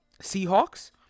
Seahawks